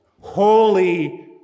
holy